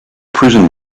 prison